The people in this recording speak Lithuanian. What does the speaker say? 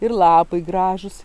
ir lapai gražūs